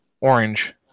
orange